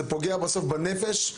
זה פוגע בסוף בנפש.